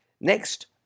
Next